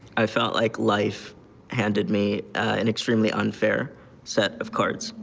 i felt like life handed me an extremely unfair set of cards.